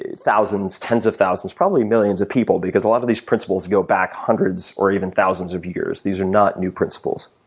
thousands, tens of thousands, probably millions of people. because a lot of these principles go back hundreds or even thousands of years. these are not new principles.